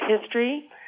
history